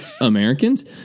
Americans